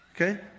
Okay